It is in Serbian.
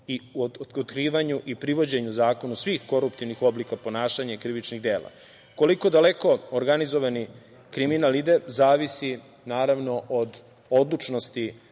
u otkrivanju i privođenju zakonu svih koruptivnih oblika ponašanja i krivičnih dela. Koliko daleko organizovani kriminal ide zavisi naravno od odlučnosti